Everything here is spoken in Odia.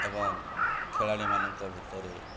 ଏବଂ ଖେଳାଳିମାନଙ୍କ ଭିତରେ